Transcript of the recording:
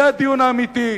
זה הדיון האמיתי,